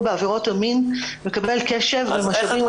בעבירות המין מקבל קשב ומשאבים רבים.